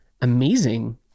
amazing